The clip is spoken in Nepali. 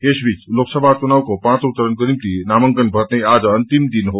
यसबीच लोकसभा चुनावको पाँचौ चरणको निम्ति नामाकन भर्ने आज अन्तिम दिन हो